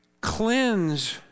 cleanse